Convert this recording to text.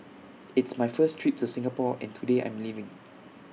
it's my first trip to Singapore and today I'm leaving